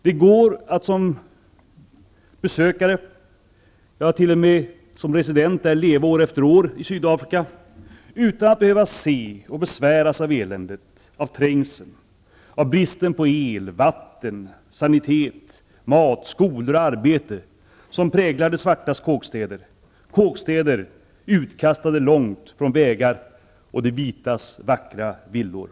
Det går att som besökare resa -- ja, t.o.m. som resident leva år efter år -- i Sydafrika utan att behöva se och besväras av eländet, trängseln, bristen på el, vatten, sanitet, mat, skolor och arbete som präglar de svartas kåkstäder, utkastade långt från vägar och de vitas vackra villor.